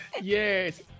Yes